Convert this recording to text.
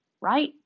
Right